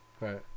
Right